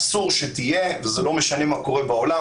אסור שתהיה וזה לא משנה מה קורה בעולם.